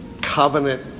covenant